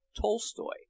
Tolstoy